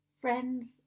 friends